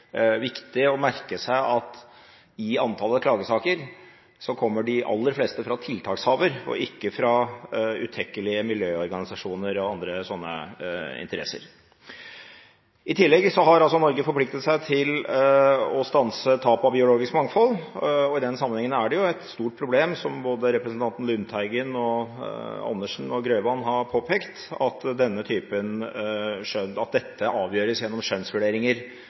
viktig å merke seg at når det gjelder antallet klagesaker, kommer de aller fleste fra tiltakshaver og ikke fra utekkelige miljøorganisasjoner og andre sånne interesser. I tillegg har Norge forpliktet seg til å stanse tap av biologisk mangfold. I den sammenhengen er det et stort problem, som representantene Lundteigen, Andersen og Grøvan har påpekt, at dette avgjøres gjennom skjønnsvurderinger